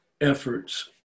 efforts